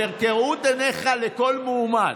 כראות עיניך לכל מועמד.